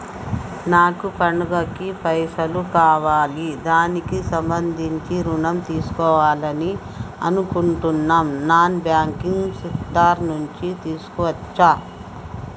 నాకు పండగ కి పైసలు కావాలి దానికి సంబంధించి ఋణం తీసుకోవాలని అనుకుంటున్నం నాన్ బ్యాంకింగ్ సెక్టార్ నుంచి తీసుకోవచ్చా?